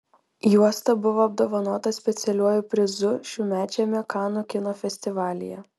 juosta buvo apdovanota specialiuoju prizu šiųmečiame kanų kino festivalyje